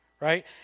right